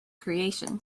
creation